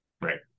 Right